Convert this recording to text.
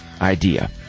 idea